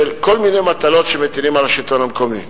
כל מיני מטלות שמטילים על השלטון המקומי.